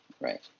Right